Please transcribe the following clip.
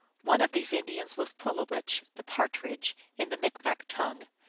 one of these indians was pulowech, the partridge in the micmac tongue,